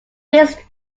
this